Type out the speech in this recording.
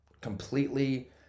completely